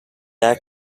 act